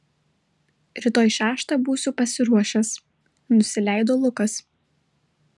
rytoj šeštą būsiu pasiruošęs nusileido lukas